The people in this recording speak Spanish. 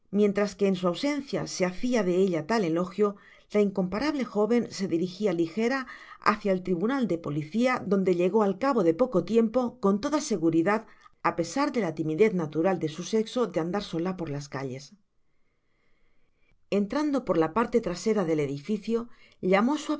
mientras que en su ausencia se hacia de ella tal elogio la incomparable joven se dirijia ligera hácia el tribunal de policía donde llegó al cabo de poco tiempo con toda seguridad á pesar de la timidez natural en su secso de andar solo por las calles entrando por la parte trasera del edificio llamó